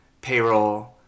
Payroll